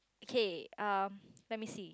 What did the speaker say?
okay um let me see